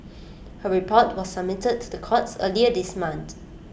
her report was submitted to the courts earlier this month